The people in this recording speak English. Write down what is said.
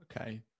Okay